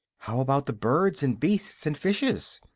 how about the birds and beasts and fishes?